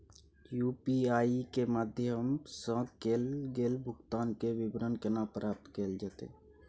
UPI के माध्यम सं कैल गेल भुगतान, के विवरण केना प्राप्त कैल जेतै?